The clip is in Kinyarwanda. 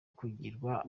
kugirwa